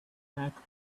back